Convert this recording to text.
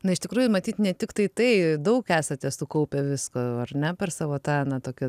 na iš tikrųjų matyt ne tiktai tai daug esate sukaupę visko jau ar ne per savo tą na tokį